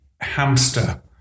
hamster